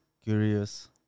curious